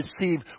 receive